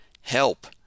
Help